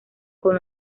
con